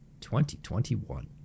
2021